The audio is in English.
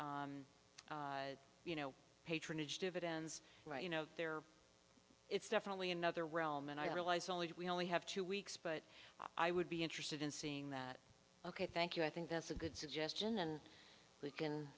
and you know patronage dividends right you know there it's definitely another realm and i realize only we only have two weeks but i would be interested in seeing that ok thank you i think that's a good suggestion and we can